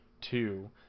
two